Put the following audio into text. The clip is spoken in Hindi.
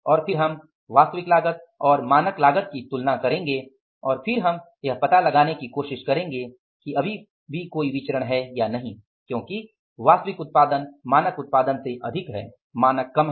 और फिर हम वास्तविक लागत और मानक लागत की तुलना करेंगे और फिर हम यह पता लगाने की कोशिश करेंगे कि अभी भी कोई विचरण है या नहीं क्योंकि वास्तविक उत्पादन अधिक है मानक कम है